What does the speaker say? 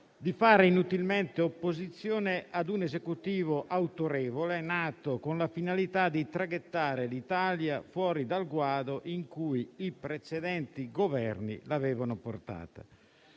di fare inutilmente opposizione a un Esecutivo autorevole, nato con la finalità di traghettare l'Italia fuori dal guado in cui i precedenti Governi l'avevano portata.